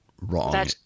wrong